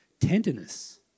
Tenderness